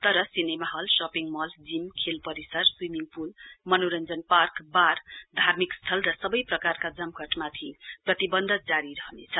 तर cinema hall shopping mall gym खेल परिसर स्वीमिङ पूल मनोरञ्जन पार्क बार धार्मिक स्थल र सबै प्रकारका जमघटमाथि प्रतिवन्ध जारी रहनेछ